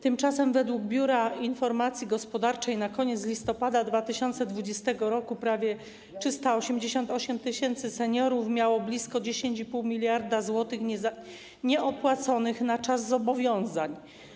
Tymczasem według Biura Informacji Gospodarczej na koniec listopada 2020 r. prawie 388 tys. seniorów miało blisko 10,5 mld zł nieopłaconych na czas zobowiązań.